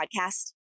podcast